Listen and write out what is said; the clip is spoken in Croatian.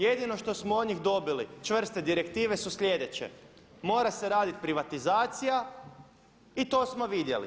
Jedino što smo od njih dobili čvrste direktive su sljedeće: mora se radit privatizacija i to smo vidjeli.